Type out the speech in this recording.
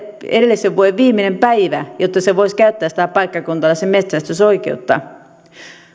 edellisen vuoden viimeinen päivä jotta hän voisi käyttää sitä paikkakuntalaisen metsästysoikeutta